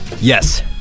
Yes